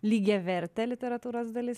lygiavertė literatūros dalis